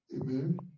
Amen